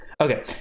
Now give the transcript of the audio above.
Okay